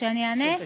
שאני אענה?